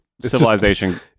civilization